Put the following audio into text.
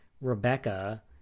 Rebecca